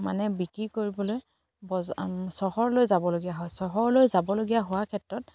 মানে বিক্ৰী কৰিবলৈ চহৰলৈ যাবলগীয়া হয় চহৰলৈ যাবলগীয়া হোৱাৰ ক্ষেত্ৰত